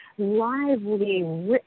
lively